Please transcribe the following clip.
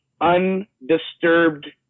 undisturbed